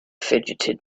fidgeted